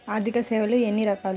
ఆర్థిక సేవలు ఎన్ని రకాలు?